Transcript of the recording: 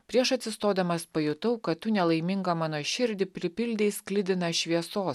prieš atsistodamas pajutau kad tu nelaimingą mano širdį pripildei sklidiną šviesos